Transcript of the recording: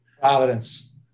Providence